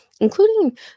including